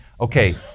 okay